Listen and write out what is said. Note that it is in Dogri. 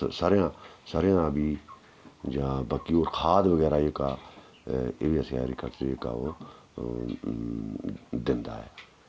सरेआं सरेआं दा बीऽ जां बाकी होर खाद बगैरा जेह्का एह् असें ऐग्रीकल्चर जेह्का ओह् दिंदा ऐ